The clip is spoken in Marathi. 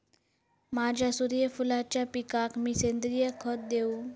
माझ्या सूर्यफुलाच्या पिकाक मी सेंद्रिय खत देवू?